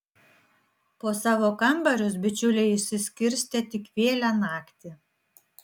po savo kambarius bičiuliai išsiskirstė tik vėlią naktį